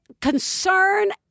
concern